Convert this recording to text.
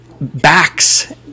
backs